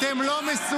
אתם לא מסוגלים.